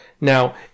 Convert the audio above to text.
Now